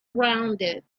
rounded